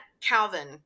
Calvin